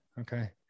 Okay